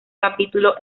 capítulo